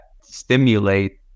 stimulate